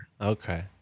Okay